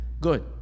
good